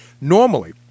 normally